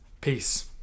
Peace